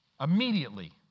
immediately